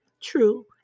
True